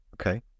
Okay